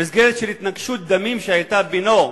במסגרת של התנגשות דמים שהיתה בינו,